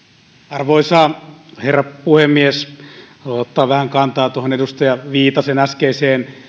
arvoisa herra puhemies haluan ottaa vähän kantaa tuohon edustaja viitasen äskeiseen